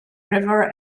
river